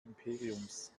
imperiums